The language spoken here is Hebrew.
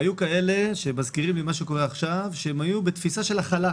והיו כאלה שמזכירים לי מה שקורה עכשיו שהם היו בתפיסה של הכלה.